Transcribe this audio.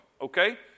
Okay